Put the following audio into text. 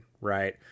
right